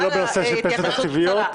ולא בנושא של פנסיות תקציביות.